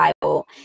Bible